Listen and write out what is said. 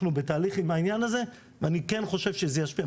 אנחנו בתהליך עם העניין הזה ואני כן חושב שזה ישפיע.